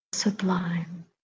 Sublime